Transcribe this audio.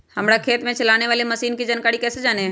हमारे खेत में चलाने वाली मशीन की जानकारी कैसे जाने?